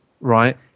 right